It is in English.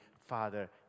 father